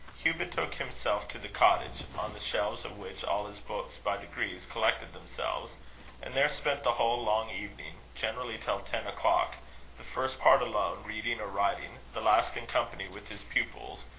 hugh betook himself to the cottage, on the shelves of which all his books by degrees collected themselves and there spent the whole long evening, generally till ten o'clock the first part alone reading or writing the last in company with his pupils,